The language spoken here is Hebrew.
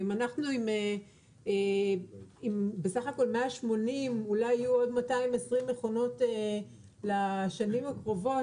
ואם אנחנו עם 180 מכונות ואולי יהיו עוד 220 מכונות בשנים הקרובות